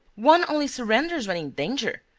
one only surrenders when in danger!